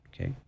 okay